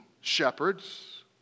shepherds